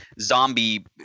zombie